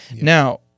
Now